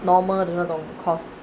normal 的那种 course